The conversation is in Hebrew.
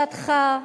זו משנתך,